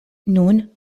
nun